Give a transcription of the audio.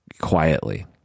quietly